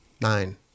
Nine